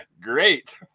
great